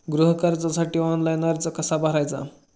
गृह कर्जासाठी ऑनलाइन अर्ज कसा भरायचा?